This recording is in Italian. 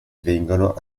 vengono